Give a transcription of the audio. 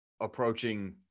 approaching